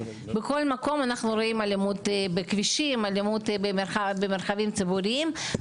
אלימות בכבישים, אלימות במרחבים ציבוריים.